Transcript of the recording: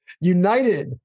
united